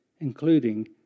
including